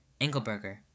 Engelberger